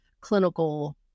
clinical